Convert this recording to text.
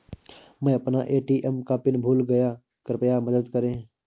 मै अपना ए.टी.एम का पिन भूल गया कृपया मदद करें